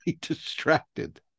distracted